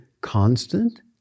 constant